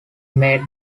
made